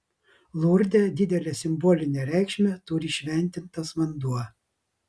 lurde didelę simbolinę reikšmę turi šventintas vanduo